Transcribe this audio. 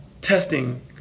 testing